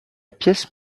pièce